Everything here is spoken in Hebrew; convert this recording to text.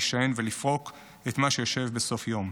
להישען ולפרוק את מה שיושב בסוף יום.